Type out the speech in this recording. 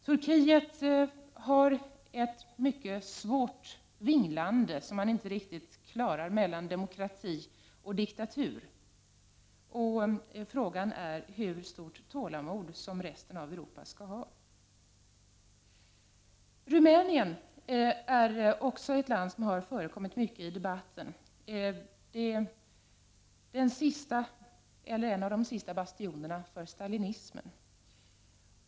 Turkiet svänger mellan demokrati och diktatur på ett sätt som man inte riktigt klarar. Frågan är hur stort tålamod resten av Europa skall ha. Rumänien är ett land som också har förekommit mycket i debatten. Det är en av de sista bastionerna för stalinismen.